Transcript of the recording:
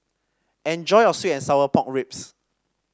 enjoy your sweet and Sour Pork Ribs